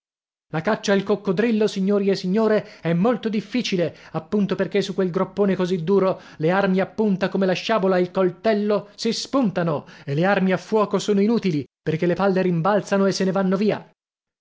la caccia al coccodrillo signori e signore è molto difficile appunto perché su quel groppone così duro le armi a punta come la sciabola e il coltello si spuntano e le armi a fuoco sono inutili perché le palle rimbalzano e se ne vanno via